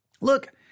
Look